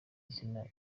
izina